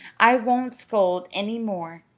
i won't scold any more.